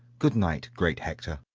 good night, great hector.